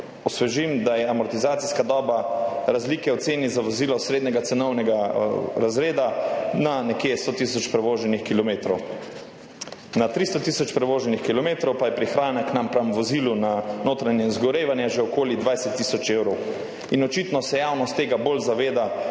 osvežim, da je amortizacijska doba razlike v ceni za vozilo srednjega cenovnega razreda na nekje 100 tisoč prevoženih kilometrov. Na 300 tisoč prevoženih kilometrov pa je prihranek proti vozilu na notranje izgorevanje že okoli 20 tisoč evrov in očitno se javnost tega bolj zaveda